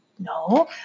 no